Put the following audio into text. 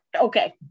okay